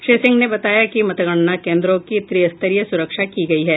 श्री सिंह ने बताया कि मतगणना केन्द्रों की त्रि स्तरीय सुरक्षा की गयी है